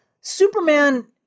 Superman